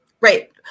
Right